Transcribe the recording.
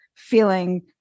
Feeling